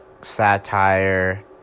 satire